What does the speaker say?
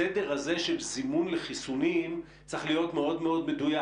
הסדר הזה של זימון לחיסונים צריך להיות מאוד מאוד מדויק.